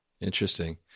Interesting